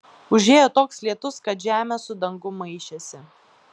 užėjo toks lietus kad žemė su dangum maišėsi